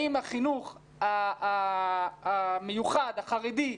האם החינוך המיוחד החרדי,